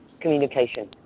communication